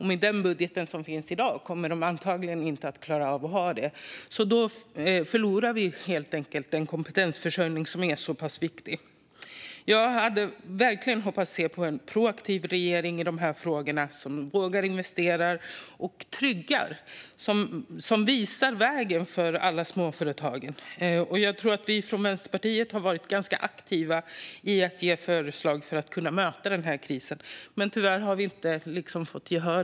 Med den budget som finns i dag kommer de antagligen inte att klara detta. Då förlorar vi den viktiga kompetensförsörjningen. Jag hade verkligen hoppats på en proaktiv regering i frågorna, som vågar investera och visa vägen för alla småföretagen. Vi från Vänsterpartiet har varit aktiva i att ge förslag för att möta krisen, men tyvärr har vi inte fått gehör.